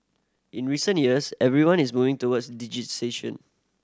in recent years everyone is moving towards digitisation